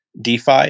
DeFi